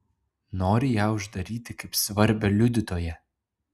nori ją uždaryti kaip svarbią liudytoją